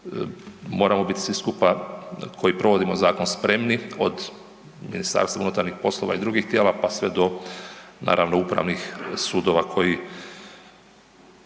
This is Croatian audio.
moramo bit svi skupa koji provodimo zakon spremni od MUP-a i drugih tijela, pa sve do naravno upravnih sudova koji